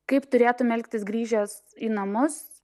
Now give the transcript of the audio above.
kaip turėtum elgtis grįžęs į namus